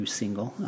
single